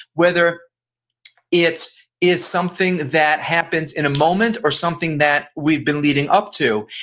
whether it is something that happens in a moment or something that we've been leading up to,